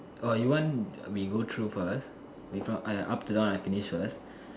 or you want we go through first I up to down I finish first